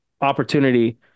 opportunity